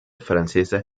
francesa